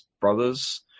brothers